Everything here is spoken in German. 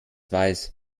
weiß